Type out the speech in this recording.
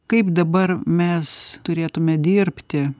kaip dabar mes turėtume dirbti